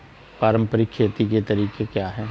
पारंपरिक खेती के तरीके क्या हैं?